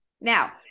now